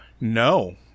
No